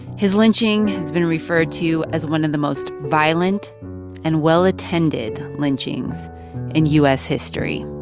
his lynching has been referred to as one of the most violent and well-attended lynchings in u s. history